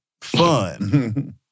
Fun